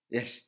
Yes